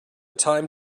time